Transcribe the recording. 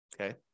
Okay